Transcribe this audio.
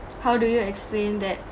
how do you explain that